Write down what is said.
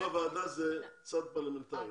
דיון בוועדה זה צעד פרלמנטרי.